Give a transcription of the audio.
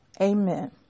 Amen